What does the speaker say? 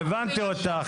הבנתי אותך.